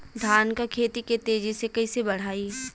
धान क खेती के तेजी से कइसे बढ़ाई?